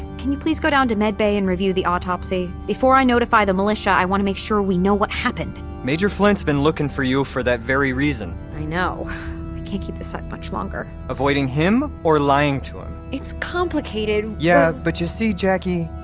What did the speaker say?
can you please go down to med bay and review the autopsy? before i notify the militia, i want to be sure we know what happened major flint's been looking for you, for that very reason i know. i can't keep this up much longer avoiding him, or lying to him? it's complicated, wellchip yeah, but you see jacki,